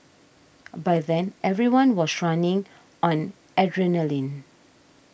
by then everyone was running on adrenaline